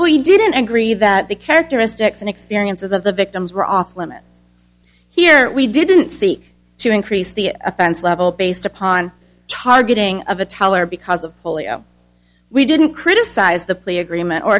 we didn't agree that the characteristics and experiences of the victims were off limits here we didn't seek to increase the offense level based upon targeting of a teller because of polio we didn't criticize the plea agreement or